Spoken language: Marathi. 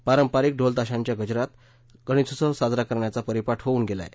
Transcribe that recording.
पारंपारिक ढोल ताशाच्या गजरात गणेशोत्सव साजरा करण्याचा परिपाठ होऊन गेलाय